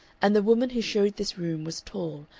and the woman who showed this room was tall,